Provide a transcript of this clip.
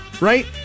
right